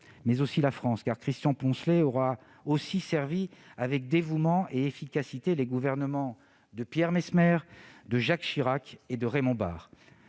mais aussi la France, car Christian Poncelet aura également servi avec dévouement et efficacité les gouvernements de Pierre Messmer, de Jacques Chirac et de Raymond Barre.